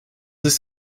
ist